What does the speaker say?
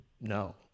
no